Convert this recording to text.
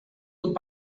und